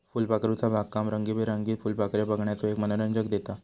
फुलपाखरूचा बागकाम रंगीबेरंगीत फुलपाखरे बघण्याचो एक मनोरंजन देता